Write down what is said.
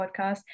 podcast